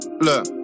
Look